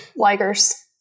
Ligers